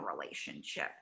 relationship